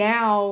Now